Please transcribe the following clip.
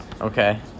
Okay